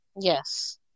Yes